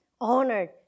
honored